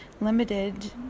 limited